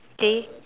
okay